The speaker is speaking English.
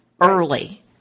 early